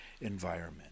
environment